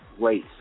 race